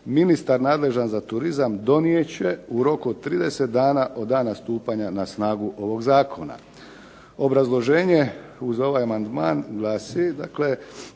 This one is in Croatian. ministar nadležan za turizam donijet će u roku od 30 dana od dana stupanja na snagu ovog zakona." Obrazloženje uz ovaj amandman glasi, dakle